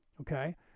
Okay